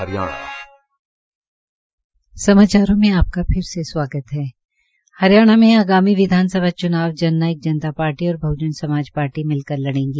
हरियाणा में आगामी विधानसभा चुनाव जन नायक जनता पार्टी और बहजन समाज पार्टी मिलकर लड़ेंगी